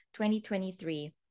2023